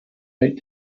write